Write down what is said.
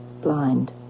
blind